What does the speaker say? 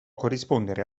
corrispondere